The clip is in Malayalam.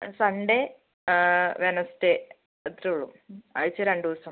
സൺഡേ വെനസ്ഡേ അത്രയേ ഉള്ളൂ ആഴ്ചയിൽ രണ്ട് ദിവസം